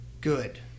Good